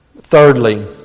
Thirdly